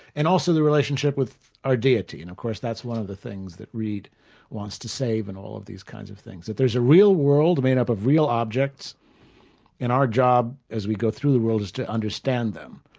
and also the relationship with our deity, and of course that's one of the things that reid wants to save in and all of these kinds of things, that there's a real world made up of real objects and our job as we go through the world is to understand them,